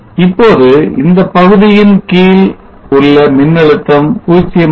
இப்போது இந்தப் பகுதியின் கீழ் உள்ள மின்னழுத்தம் 0 ஆகும்